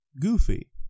goofy